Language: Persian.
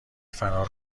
فرار